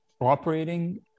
operating